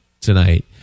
tonight